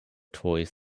toys